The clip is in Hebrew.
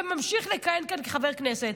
וממשיך לכהן כאן כחבר כנסת.